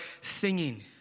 singing